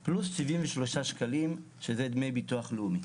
של 104 שקלים פלוס 73 שקלים שזה דמי ביטוח לאומי.